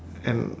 and